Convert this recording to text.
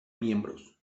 miembros